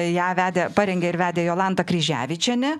ją vedė parengė ir vedė jolanta kryževičienė